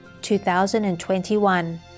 2021